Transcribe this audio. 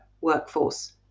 workforce